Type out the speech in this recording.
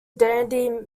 dandy